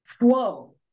whoa